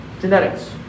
Genetics